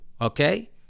okay